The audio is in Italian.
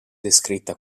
descritta